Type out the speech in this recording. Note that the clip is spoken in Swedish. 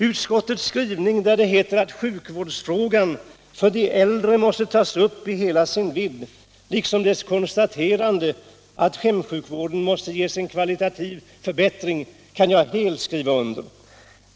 Utskottets skrivning, där det heter att sjukvårdsfrågan för de äldre måste tas upp i hela sin vidd, liksom dess konstaterande att hemsjukvården måste ges en kvalitativ förbättring kan jag helt skriva under.